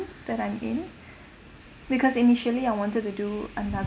that I'm in because initially I wanted to do another